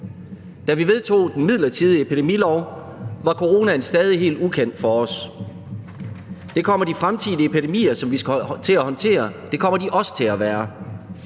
Da vi vedtog den midlertidige epidemilov, var coronaen stadig helt ukendt for os. Det kommer de fremtidige epidemier, som vi skal kunne håndtere, også til at være.